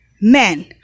men